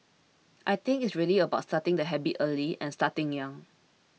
I think it's really about starting the habit early and starting young